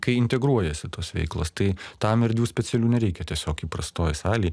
kai integruojasi tos veiklos tai tam erdvių specialių nereikia tiesiog įprastoj salėj